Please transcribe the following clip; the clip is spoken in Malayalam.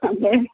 അതെ